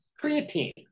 Creatine